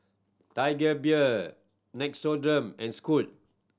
Tiger Beer Nixoderm and Scoot